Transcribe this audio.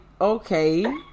okay